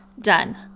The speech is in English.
Done